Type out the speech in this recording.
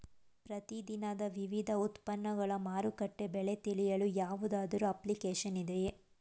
ಪ್ರತಿ ದಿನದ ವಿವಿಧ ಉತ್ಪನ್ನಗಳ ಮಾರುಕಟ್ಟೆ ಬೆಲೆ ತಿಳಿಯಲು ಯಾವುದಾದರು ಅಪ್ಲಿಕೇಶನ್ ಇದೆಯೇ?